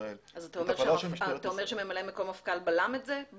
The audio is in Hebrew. ישראל --- אתה אומר שממלא מקום המפכ"ל בלם את זה?